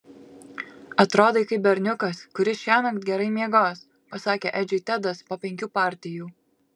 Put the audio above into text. atrodai kaip berniukas kuris šiąnakt gerai miegos pasakė edžiui tedas po penkių partijų